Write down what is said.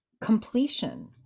completion